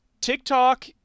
TikTok